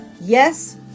Yes